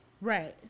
Right